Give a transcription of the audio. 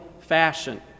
fashion